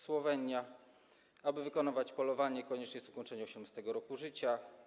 Słowenia - aby wykonywać polowanie, konieczne jest ukończenie 18. roku życia.